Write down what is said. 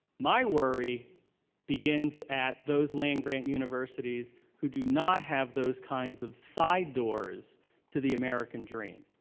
my worry begins at those land-grant universities who do not have those kinds of side doors to the american dream.